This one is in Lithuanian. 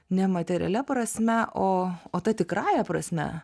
ne materialia prasme o o ta tikrąja prasme